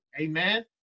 Amen